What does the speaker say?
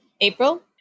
April